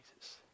Jesus